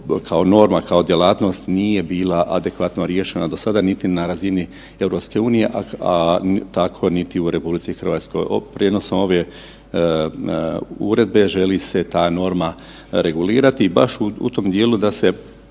kao norma, kao djelatnost nije bila adekvatno riješena do sada niti na razini EU, a tako niti u RH. Prijenosom ove uredbe želi se ta norma regulirati baš u tom dijelu da se